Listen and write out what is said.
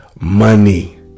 money